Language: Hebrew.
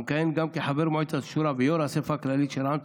המכהן גם כחבר מועצת השורא ויו"ר האספה הכללית של רע"מ,